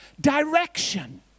direction